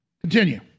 Continue